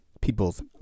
people's